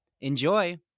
Enjoy